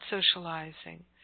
socializing